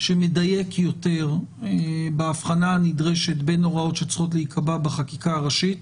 שמדייק יותר בהבחנה הנדרשת בין הוראות שצריכות להיקבע בחקיקה הראשית